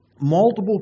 multiple